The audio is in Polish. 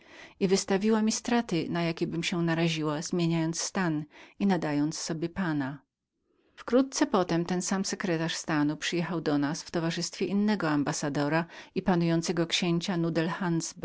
i wystawiła mi straty na jakie narażałam się zmieniając stan i nadając sobie pana wkrótce potem ten sam sekretarz stanu przyjechał do nas w towarzystwie innego ambassadora i panującego księcia